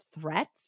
threats